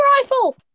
rifle